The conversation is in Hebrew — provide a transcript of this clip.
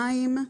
מים.